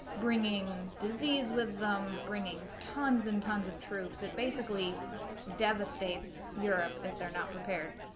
bringing disease with them, bringing tons and tons of troops it basically devastates europe if they're not prepared,